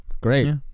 Great